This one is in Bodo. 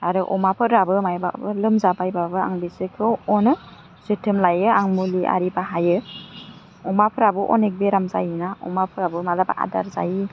आरो अमाफोराबो मायबाफोर लोमजाबायबाबो आं बिसोरखौ अनो जोथोन लायो आं मुलि आरि बाहायो अमाफ्राबो अनेक बेराम जायो ना अमाफ्राबो मालाबा आदार जायि